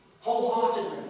wholeheartedly